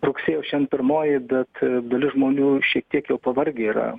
rugsėjo šen pirmoji bet dalis žmonių šiek tiek jau pavargę yra